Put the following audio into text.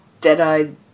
dead-eyed